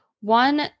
one